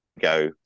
go